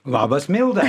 labas milda